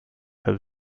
have